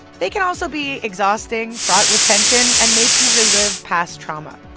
they can also be exhausting, fraught with tension and make you relive past trauma.